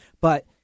But-